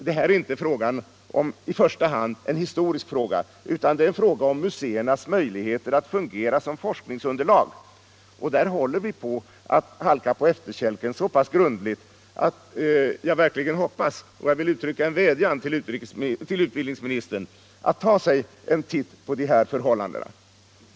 Det här är inte i första hand en historisk fråga utan en fråga om museernas möjligheter att fungera som forskningsunderlag. Där håller vi på att komma på efterkälken så pass grundligt att jag vill uttrycka en vädjan att utbildningsministern verkligen tar sig en titt på de här förhållandena.